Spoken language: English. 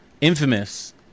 infamous